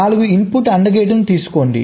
4 input AND gate తీసుకోండి